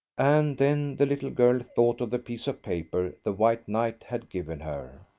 and then the little girl thought of the piece of paper the white knight had given her.